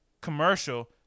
commercial